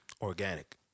organic